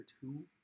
two